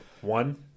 one